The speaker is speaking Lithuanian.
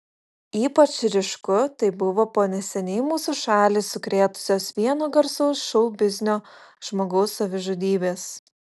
ypač ryšku tai buvo po neseniai mūsų šalį sukrėtusios vieno garsaus šou biznio žmogaus savižudybės